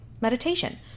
meditation